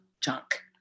junk